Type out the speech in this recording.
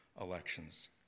elections